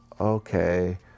okay